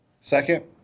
second